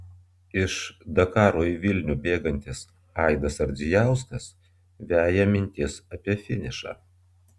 iš dakaro į vilnių bėgantis aidas ardzijauskas veja mintis apie finišą